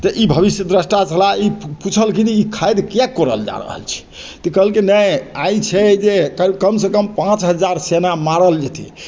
तऽ ई भविष्यद्रष्टा छलाह पूछलखिन ई खादि किया कोरल जा रहल छै तऽ कहलकै नहि आइ छै जे कम से कम पाँच हजार सेना मारल जेतै